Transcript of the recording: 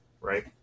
right